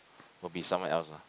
will be someone else ah